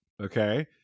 okay